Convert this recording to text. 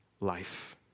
life